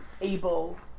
Able